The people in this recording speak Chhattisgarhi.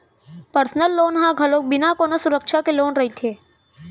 परसनल लोन ह घलोक बिना कोनो सुरक्छा के लोन रहिथे